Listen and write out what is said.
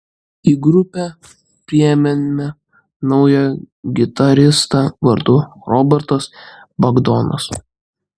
į grupę priėmėme naują gitaristą vardu robertas bagdonas